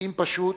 ואם פשוט